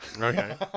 Okay